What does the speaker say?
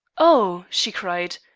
oh! she cried,